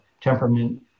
temperament